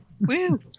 Woo